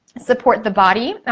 support the body.